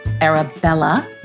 Arabella